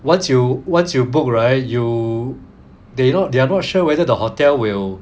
once you once you book right you they know they're not sure whether the hotel will